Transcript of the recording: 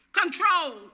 control